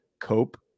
cope